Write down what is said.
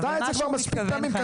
עשתה את זה כבר מספיק פעמים.